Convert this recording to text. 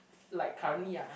like currently ah